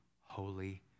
holy